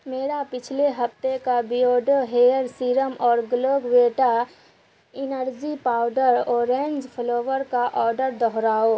میرا پچھلے ہفتے کا بیوڈو ہیئر سیرم اور Glucovita energy powder orange flavour کا اوڈر دہراؤ